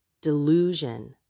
delusion